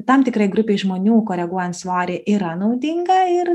tam tikrai grupei žmonių koreguojant svorį yra naudinga ir